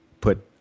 put